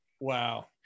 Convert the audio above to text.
Wow